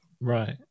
Right